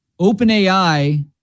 OpenAI